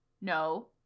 no